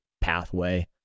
pathway